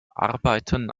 arbeiten